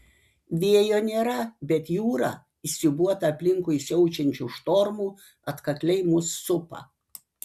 vėjo nėra bet jūra įsiūbuota aplinkui siaučiančių štormų atkakliai mus supa